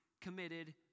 committed